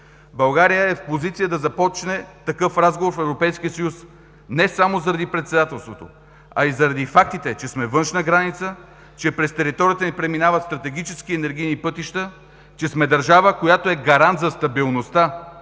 България е в позиция да започне такъв разговор в Европейския съюз не само заради председателството, а и заради фактите, че сме външна граница, че през територията ни преминават стратегически енергийни пътища, че сме държава, която е гарант за стабилността